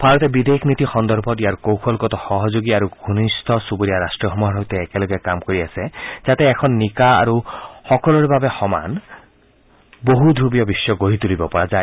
ভাৰতে বিদেশ নীতি সন্দৰ্ভত ইয়াৰ কৌশলগত সহযোগী আৰু ঘনিষ্ঠ চুবুৰীয়া ৰাষ্ট্ৰসমূহৰ সৈতে একেলগে কাম কৰি আছে যাতে এখন নিকা আৰু সমান বহু ঞ্চৱীয় বিশ্ব গঢ়ি তুলিব পৰা যায়